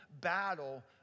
battle